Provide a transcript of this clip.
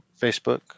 Facebook